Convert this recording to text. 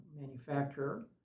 manufacturer